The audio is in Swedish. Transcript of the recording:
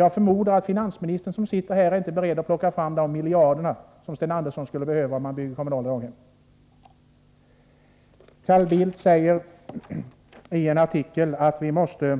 Jag förmodar att finansministern, som sitter här, inte är beredd att plocka fram de miljarder som Sten Andersson skulle behöva om man byggde bara kommunala daghem. Carl Bildt säger i en artikel att vi måste